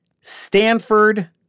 Stanford